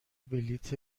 بلیط